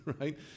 right